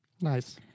Nice